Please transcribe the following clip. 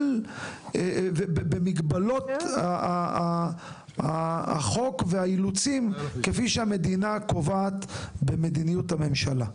במגבלות החוק והאילוצים כפי שהמדינה קובעת במדיניות הממשלה.